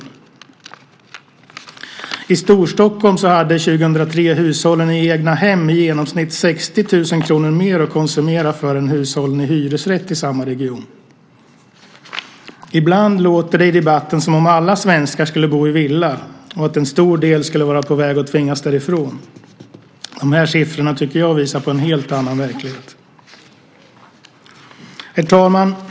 År 2003 hade hushållen i egnahem i Storstockholm i genomsnitt 60 000 kr mer att konsumera för jämfört med hushållen i hyresrätt i samma region. Ibland låter det i debatten som om alla svenskar skulle bo i villa och att en stor del av dem skulle vara på väg att tvingas därifrån. Dessa siffror, tycker jag, visar på en helt annan verklighet. Herr talman!